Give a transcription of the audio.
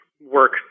work